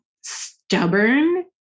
stubborn